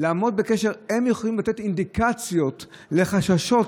היא יכולה לתת אינדיקציות לחששות